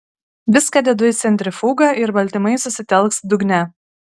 viską dedu į centrifugą ir baltymai susitelks dugne